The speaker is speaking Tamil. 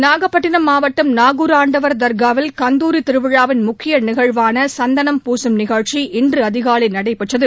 நாகப்பட்டினம் மாவட்டம் நாகூர் ஆண்டவர் தர்காவில் கந்தூரி திருவிழாவின் முக்கிய நிகழ்வான சந்தனம் பூசும் நிகழ்ச்சி இன்று அதிகாலை நடைபெற்றது